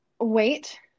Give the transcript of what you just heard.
wait